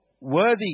Worthy